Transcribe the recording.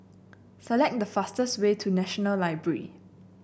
select the fastest way to National Library